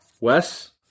Wes